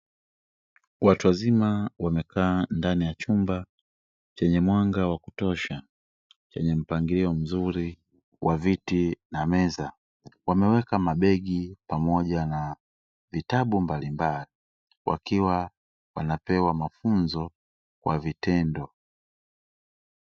Watu wazima wamekaa ndani ya chumba chenye mwanga wa kutosha chenye mpangilio mzuri wa viti na meza, wameweka mabegi pamoja na vitabu mbalimbali wakiwa wanapewa mafunzo kwa vitendo.